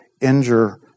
injure